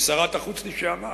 וכששרת החוץ לשעבר